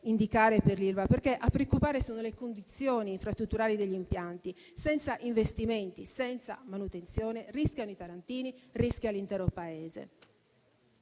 indicare per l'Ilva? A preoccupare sono infatti le condizioni infrastrutturali degli impianti. Senza investimenti e senza manutenzione rischiano i tarantini e rischia l'intero Paese.